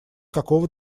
какого